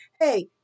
hey